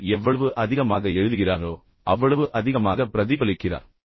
ஒருவர் எவ்வளவு அதிகமாக எழுதுகிறாரோ அவ்வளவு அதிகமாக பிரதிபலிக்கிறார்